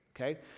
okay